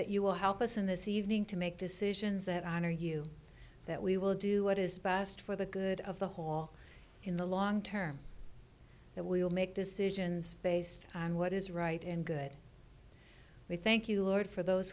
that you will help us in this evening to make decisions that honor you that we will do what is best for the good of the whole in the long term that will make decisions based on what is right and good we thank you lord for those